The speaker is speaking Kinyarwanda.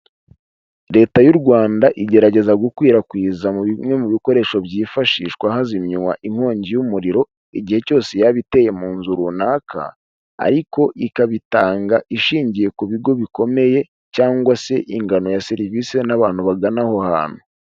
Leta y'u Rwanda igerageza gukwirakwiza bimwe mu bikoresho byifashishwa hazimywa inkongi y'umuriro igihe cyose yaba iteye mu nzu runaka ariko ikabitanga ishingiye ku bigo bikomeye cyangwa se ingano ya serivisi n'abantu bagana aho hantu.